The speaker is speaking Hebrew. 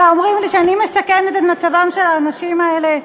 ואומרים לי שאני מסכנת את מצבם של האנשים האלה?